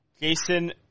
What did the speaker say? Jason